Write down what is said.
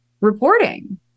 reporting